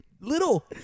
little